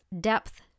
depth